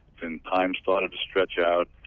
then time started to stretch out.